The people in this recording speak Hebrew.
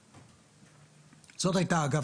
--- אגב,